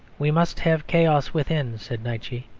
we must have chaos within said nietzsche,